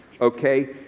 okay